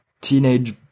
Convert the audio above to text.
teenage